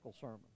sermon